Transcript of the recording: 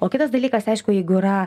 o kitas dalykas aišku jeigu yra